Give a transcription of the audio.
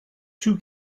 two